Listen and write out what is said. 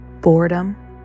Boredom